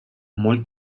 mol